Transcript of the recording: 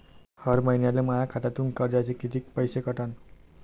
हर महिन्याले माह्या खात्यातून कर्जाचे कितीक पैसे कटन?